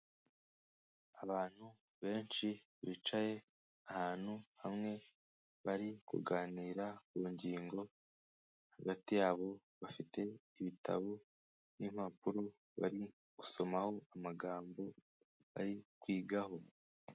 Abantu benshi bicaye ahantu hamwe bari kuganira ku ngingo. Hagati yabo bafite ibitabo n'impapuro, barigusomaho amagambo bari kwigaho.